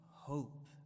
hope